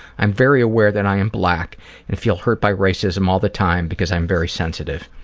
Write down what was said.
i'm very aware that i am black and feel hurt by racism all the time because i'm very sensitive.